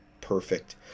Perfect